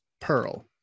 pearl